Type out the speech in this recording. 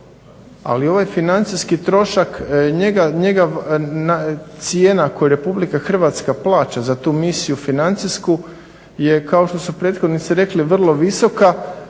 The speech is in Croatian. ali ovaj financijski trošak njega cijena koju RH plaća za tu misiju financijsku je kao što su prethodnici vrlo visoka,